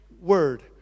word